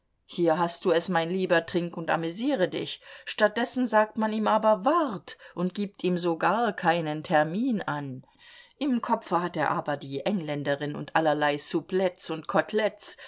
hier hast du es mein lieber trink und amüsiere dich statt dessen sagt man ihm aber wart und gibt ihm sogar keinen termin an im kopfe hat er aber die engländerin und allerlei souplettes und kotelettes